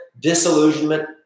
disillusionment